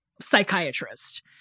psychiatrist